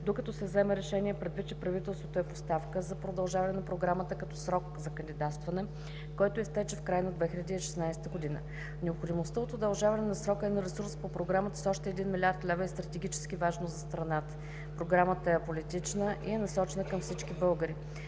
докато се вземе решение, предвид че правителството е в оставка, за продължаване на програмата като срок за кандидатстване, който изтече в края на 2016 г. Необходимостта от удължаване на срока и на ресурса по програмата с още един милиард лева е стратегически важно за страната. Програмата е аполитична и е насочена към всички българи.